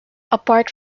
apart